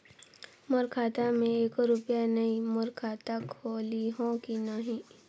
मोर खाता मे एको रुपिया नइ, मोर खाता खोलिहो की नहीं?